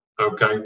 Okay